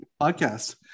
podcast